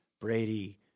Brady